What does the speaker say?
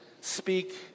speak